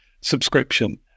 subscription